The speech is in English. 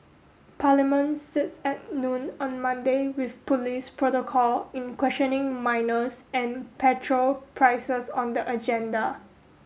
parliament sits at noon on Monday with police protocol in questioning minors and petrol prices on the agenda